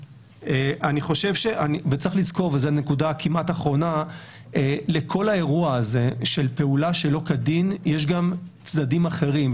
צריך לזכור שלכל האירוע הזה של פעולה שלא כדין יש גם צדדים אחרים,